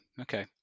okay